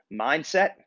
Mindset